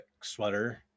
sweater